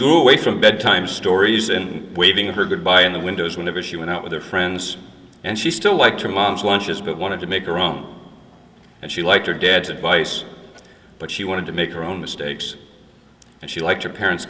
grew away from bedtime stories and waving her goodbye in the windows whenever she went out with her friends and she still liked her mom's lunches but wanted to make her own and she liked her dad's advice but she wanted to make her own mistakes and she liked her parents